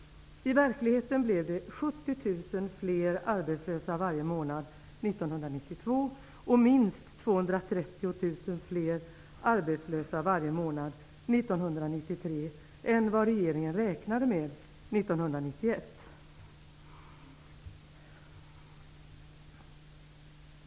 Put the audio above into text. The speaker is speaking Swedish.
I verkligheten blev det 70 000 fler arbetslösa varje månad 1992 och minst 230 000 fler arbetslösa varje månad 1993, än vad regeringen räknade med 1991.